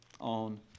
on